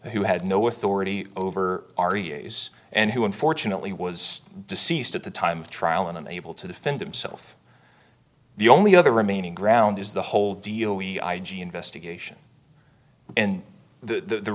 who had no authority over our use and who unfortunately was deceased at the time of trial and unable to defend himself the only other remaining ground is the whole deal we i g investigation and the